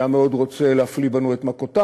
שהיה מאוד רוצה להפליא בנו את מכותיו,